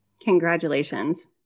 Congratulations